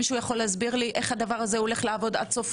מישהו יכול להסביר לי איך הדבר הזה הולך לעבוד עד סוף